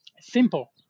simple